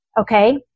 Okay